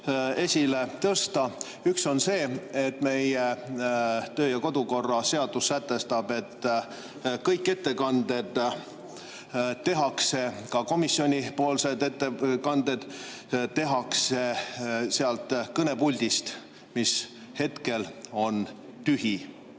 esile tõsta. Üks on see, et meie kodu‑ ja töökorra seadus sätestab, et kõik ettekanded, ka komisjonipoolsed ettekanded, tehakse sealt kõnepuldist, mis hetkel on aga tühi.